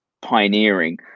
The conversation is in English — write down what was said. pioneering